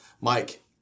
Mike